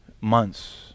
months